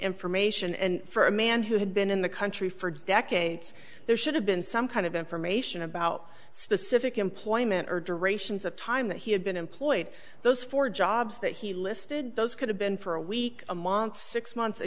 information and for a man who had been in the country for decades there should have been some kind of information about specific employment or durations of time that he had been employed those four jobs that he listed those could have been for a week a month six months a